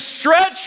stretch